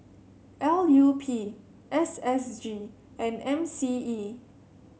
L U P S S G and M C E